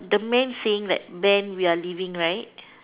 the man saying that Ben we are leaving right